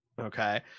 okay